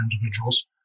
individuals